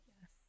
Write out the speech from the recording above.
Yes